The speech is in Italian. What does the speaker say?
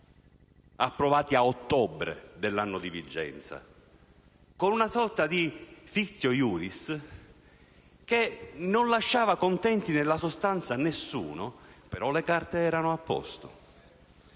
approvati a ottobre dell'anno di vigenza, con una sorta di *fictio iuris*, che non lasciava contento nessuno nella sostanza? Le carte però erano a posto.